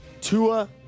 Tua